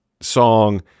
song